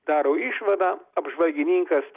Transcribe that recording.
daro išvadą apžvalgininkas